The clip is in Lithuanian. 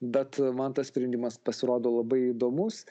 bet man tas sprendimas pasirodo labai įdomus